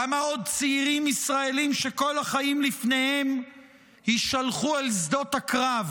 כמה עוד צעירים ישראלים שכל החיים לפניהם יישלחו אל שדות הקרב